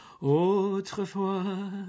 Autrefois